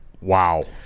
Wow